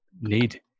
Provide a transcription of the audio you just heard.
need